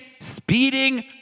speeding